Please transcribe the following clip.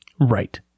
Right